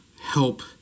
help